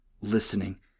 listening